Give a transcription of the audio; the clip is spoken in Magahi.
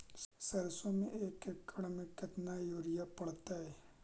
सरसों में एक एकड़ मे केतना युरिया पड़तै?